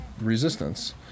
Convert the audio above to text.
resistance